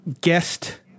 guest